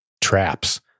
traps